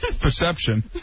perception